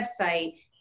website